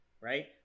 right